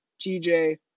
TJ